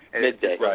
Midday